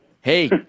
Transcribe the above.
Hey